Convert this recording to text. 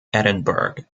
edinburgh